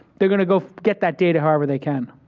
they are going to get that data however they can.